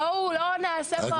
בואו לא נעשה פה עכשיו